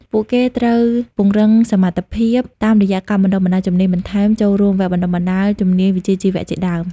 ពួកគេត្រូវពង្រឹងសមត្ថភាពតាមរយះការបណ្តុះបណ្តាលជំនាញបន្ថែមចូលរួមវគ្គបណ្តុះបណ្តាលជំនាញវិជ្ជាជីវៈជាដើម។